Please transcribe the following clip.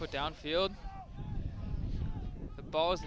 put downfield the ball